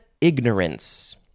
ignorance